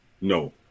No